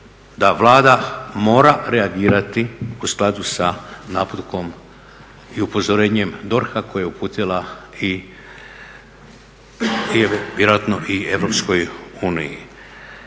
da Vlada mora reagirati u skladu sa naputkom i upozorenjem DORH-a koji je uputila vjerojatno i EU. Stoga mislim